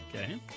Okay